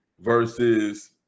versus